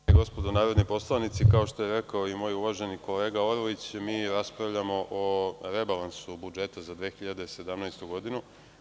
Dame i gospodo narodni poslanici, kao što je rekao i moj uvaženi kolega Orlić mi raspravljamo o rebalansu budžeta za 2017. godinu.